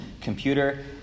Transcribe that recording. computer